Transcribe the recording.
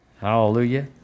Hallelujah